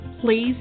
please